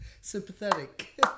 sympathetic